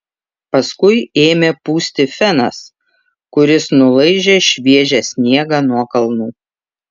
paskui ėmė pūsti fenas kuris nulaižė šviežią sniegą nuo kalnų